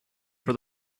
for